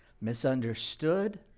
misunderstood